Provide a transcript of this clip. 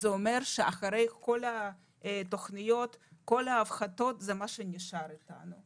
זה אומר שאחרי כל התוכניות וההפחתות זה מה שנשאר איתנו.